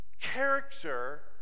character